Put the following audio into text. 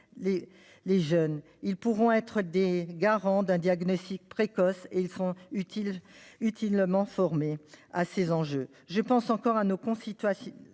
les jeunes, ils pourront être des garants d'un diagnostic précoce et ils sont utilement formés à ces enjeux. Je pense encore à nos concitoyens